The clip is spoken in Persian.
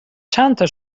چندتا